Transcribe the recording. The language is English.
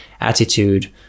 attitude